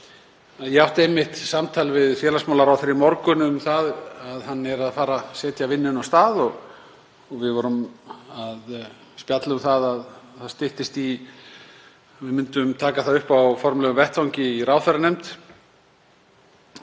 þá átti ég einmitt samtal við félagsmálaráðherra í morgun um að hann er að fara að setja vinnuna af stað og við vorum að spjalla um að það styttist í að við myndum taka það upp á formlegum vettvangi í ráðherranefnd.